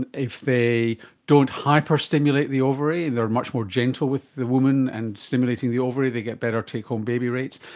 and if they don't hyper-stimulate the ovary, they are much more gentle with the woman and stimulating the ovary, they get better take-home baby rates.